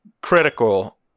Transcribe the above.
critical